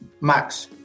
Max